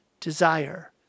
desire